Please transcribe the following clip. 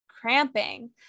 cramping